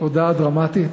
הודעה דרמטית: